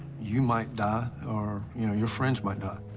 you might die or, you know, your friends might die.